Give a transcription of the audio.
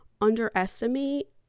underestimate